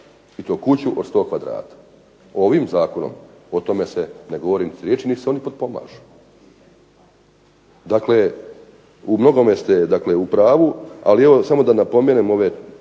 i to kuću od 100 kvadrata, ovim Zakonom o tome se niti govori o riječi niti se oni potpomažu. Dakle, u mnogome ste u pravu ali samo da napomenem ove